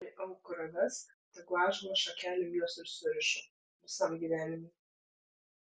prie aukuro vesk tegu ąžuolo šakelėm juos ir suriša visam gyvenimui